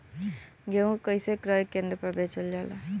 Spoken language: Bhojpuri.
गेहू कैसे क्रय केन्द्र पर बेचल जाला?